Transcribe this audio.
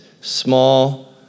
small